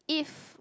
if